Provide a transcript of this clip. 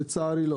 לצערי לא.